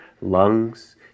lungs